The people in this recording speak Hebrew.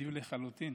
נדיב לחלוטין.